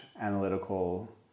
analytical